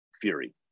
Fury